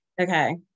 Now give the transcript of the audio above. okay